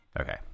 Okay